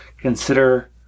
Consider